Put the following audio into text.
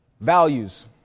Values